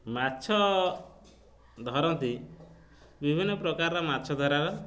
ମାଛ ଧରନ୍ତି ବିଭିନ୍ନ ପ୍ରକାରର ମାଛ ଧରାର